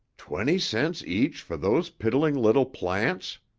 twenty cents each for those piddling little plants?